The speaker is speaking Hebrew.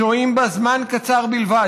שוהים בה זמן קצר בלבד.